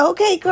Okay